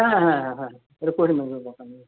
ᱦᱮᱸ ᱦᱮᱸ ᱦᱮᱸ ᱦᱮᱸ